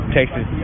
Texas